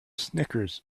snickers